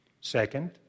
Second